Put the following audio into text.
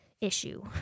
issue